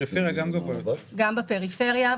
גם בפריפריה.